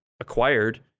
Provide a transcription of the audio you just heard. acquired